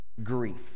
grief